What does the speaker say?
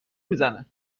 میزنه